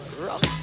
Rock